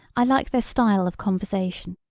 i like their style of conversation.